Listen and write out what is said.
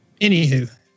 Anywho